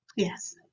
Yes